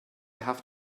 have